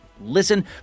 Listen